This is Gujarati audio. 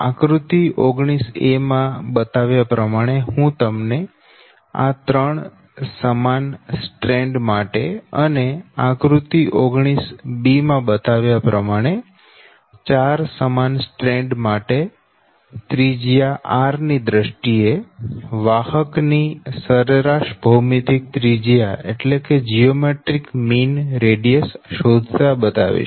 આકૃતિ 19 માં બતાવ્યા પ્રમાણે હું તમને આ 3 સમાન સ્ટ્રેન્ડ માટે અને આકૃતિ 19 માં બતાવ્યા પ્રમાણે 4 સમાન સ્ટ્રેન્ડ માટે ત્રિજ્યા r ની દ્રષ્ટિએ વાહક ની સરેરાશ ભૌમિતિક ત્રિજ્યા શોધતા બતાવીશ